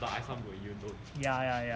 ya ya ya